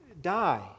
die